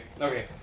Okay